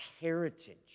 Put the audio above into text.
heritage